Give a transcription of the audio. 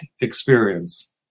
experience